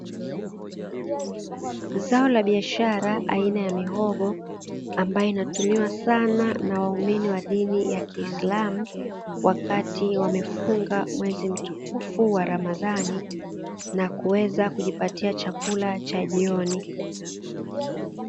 Zao la biashara aina ya mihogo, ambayo inatumiwa sana na waumini wa dini ya kiislamu wakati wamefunga mwezi mtukufu wa ramadhani na kuweza kujipatia chakula cha jioni.